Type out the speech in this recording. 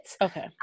okay